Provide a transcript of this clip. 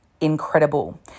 incredible